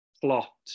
plot